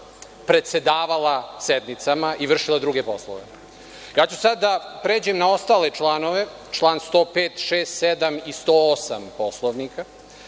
predsedavala sednicama i vršila druge poslove. Ja ću sada da pređem na ostale članove, član 105, 106, 107. i 108. Poslovnika.